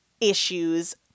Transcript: issues